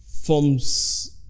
forms